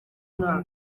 mwaka